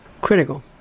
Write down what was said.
critical